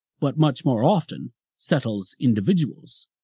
but much more often settles individuals.